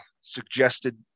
suggested